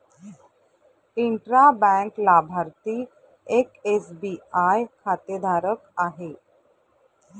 intra bank लाभार्थी एक SBI खातेधारक आहे